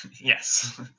Yes